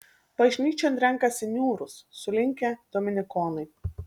bažnyčion renkasi niūrūs sulinkę dominikonai